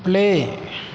play